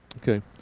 Okay